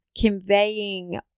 conveying